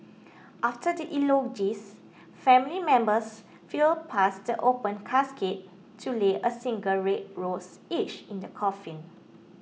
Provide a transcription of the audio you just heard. after the eulogies family members filed past the open casket to lay a single red rose each in the coffin